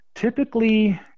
Typically